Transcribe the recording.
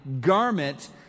garment